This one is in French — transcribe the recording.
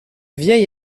vieil